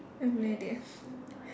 I have no idea